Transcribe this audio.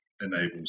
enables